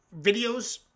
videos